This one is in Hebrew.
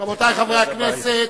רבותי חברי הכנסת,